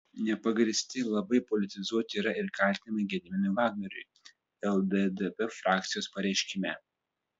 nepagrįsti labai politizuoti yra ir kaltinimai gediminui vagnoriui lddp frakcijos pareiškime